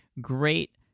Great